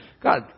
God